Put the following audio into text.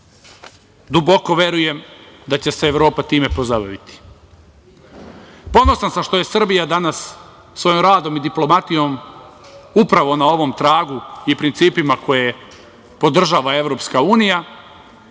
Duboko verujem da će se Evropa time pozabaviti. Ponosan sam što je Srbija danas svojim radom i diplomatijom upravo na ovom tragu i principima koje podržava EU, a vi